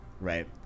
right